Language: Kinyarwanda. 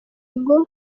ngo